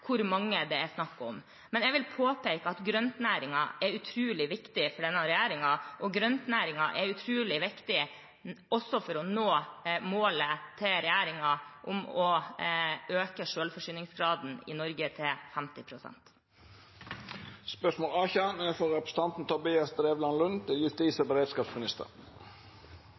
hvor mange det er snakk om. Jeg vil påpeke at grøntnæringen er utrolig viktig for denne regjeringen, og grøntnæringen er også utrolig viktig for å nå regjeringens mål om å øke selvforsyningsgraden i Norge til